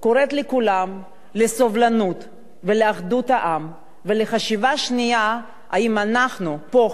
קוראת לכולם לסובלנות ולאחדות העם ולחשיבה שנייה אם אנחנו פה,